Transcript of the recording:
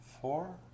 four